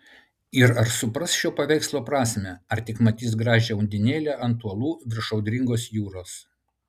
ir ar supras šio paveikslo prasmę ar tik matys gražią undinėlę ant uolų virš audringos jūros